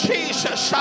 Jesus